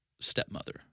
stepmother